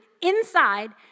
inside